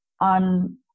on